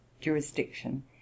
jurisdiction